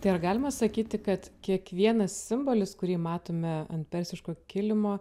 tai ar galima sakyti kad kiekvienas simbolis kurį matome ant persiško kilimo